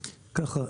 ככה,